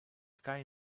sky